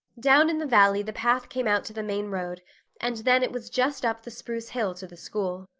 down in the valley the path came out to the main road and then it was just up the spruce hill to the school.